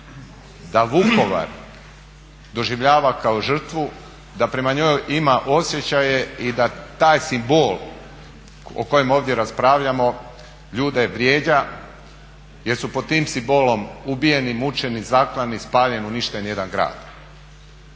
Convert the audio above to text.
da Vukovar doživljava kao žrtvu, da prema njoj ima osjećaje i da taj simbol o kojem ovdje raspravljamo ljude vrijeđa jer su pod tim simbolom ubijeni, mučeni, zaklani, spaljen, uništen jedan grad.